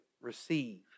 receive